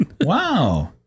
Wow